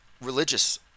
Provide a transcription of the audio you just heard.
religious